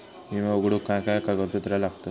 विमो उघडूक काय काय कागदपत्र लागतत?